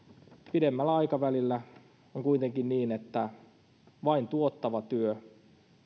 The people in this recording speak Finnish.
pidemmällä aikavälillä on kuitenkin niin että vain tuottava työ